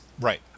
Right